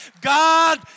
God